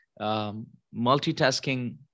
multitasking